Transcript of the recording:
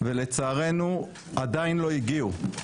ולצערנו עדיין לא הגיעו.